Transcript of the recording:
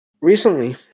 Recently